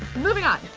moving on.